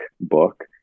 book